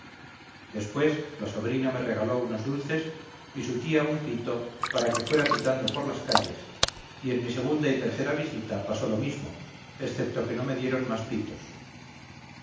después la sobrina me regaló unos dulces y su tía un pito para que fuera pitando por las calles y en mi segunda y tercera visita pasó lo mismo excepto que no me dieron más pitos